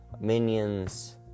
Minions